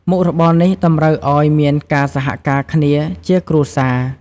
មុខរបរនេះតម្រូវឱ្យមានការសហការគ្នាជាគ្រួសារ។